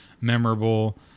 memorable